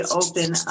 open